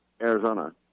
Arizona